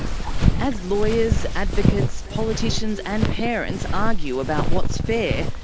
as lawyers, advocates, politicians and parents argue about what's fair,